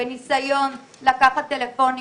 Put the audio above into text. בניסיון לקחת טלפונים